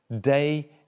day